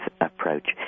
approach